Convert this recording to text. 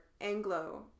Anglo